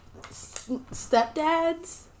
Stepdads